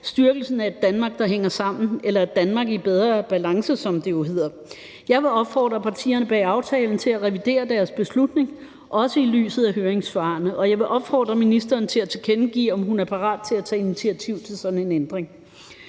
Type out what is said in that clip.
styrkelsen af et Danmark, der hænger sammen, eller et Danmark i bedre balance, som det jo hedder. Jeg vil opfordre partierne bag aftalen til at revidere deres beslutning, også i lyset af høringssvarene. Jeg vil opfordre ministeren til at tilkendegive, om hun er parat til at tage initiativ til sådan en ændring.